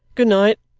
good night